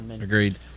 Agreed